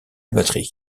batterie